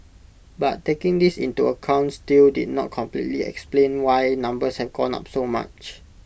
but taking this into account still did not completely explain why numbers have gone up so much